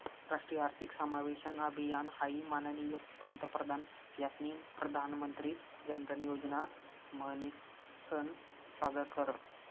राष्ट्रीय आर्थिक समावेशन अभियान हाई माननीय पंतप्रधान यास्नी प्रधानमंत्री जनधन योजना म्हनीसन सादर कर